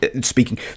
Speaking